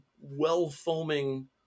well-foaming